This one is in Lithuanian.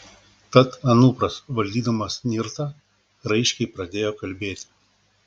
tad anupras valdydamas nirtą raiškiai pradėjo kalbėti